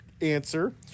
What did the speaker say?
answer